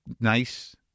nice